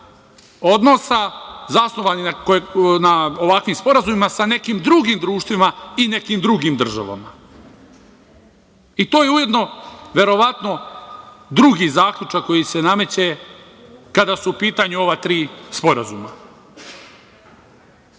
odnosa zasnovanih na ovakvim sporazumima sa nekim drugim društvima i nekim drugim državama. To je ujedno, verovatno, drugi zaključak koji se nameće kada su u pitanju ova tri sporazuma.